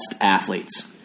athletes